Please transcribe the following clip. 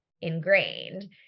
ingrained